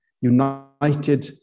united